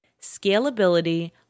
Scalability